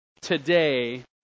today